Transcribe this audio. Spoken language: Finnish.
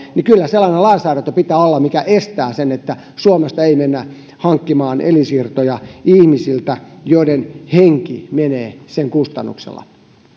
niin kyllä sellainen lainsäädäntö pitää olla mikä estää sen niin että suomesta ei mennä hankkimaan elinsiirtoja ihmisiltä joiden henki menee sen kustannuksella